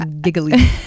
giggly